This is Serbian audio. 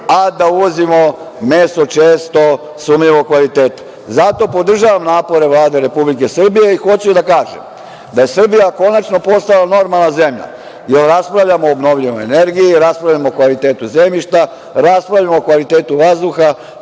a da uvozimo meso, često sumnjivog kvaliteta. Zato podržavamo napore Vlade Republike Srbije i hoću da kažem da je Srbija konačno postala normalna zemlja, jer raspravljamo o obnovljivoj energiji, raspravljamo o kvalitetu zemljišta, o kvalitetu vazduha. To